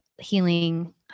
healing